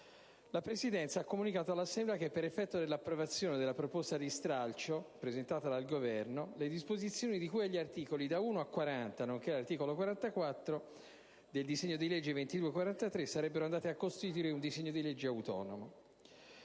La Presidenza ha comunicato all'Assemblea che, per effetto dell'approvazione della proposta di stralcio presentata dal Governo, le disposizioni di cui agli articoli da 1 a 40, nonché l'articolo 44 del disegno di legge n. 2243, sarebbero andate a costituire un disegno di legge autonomo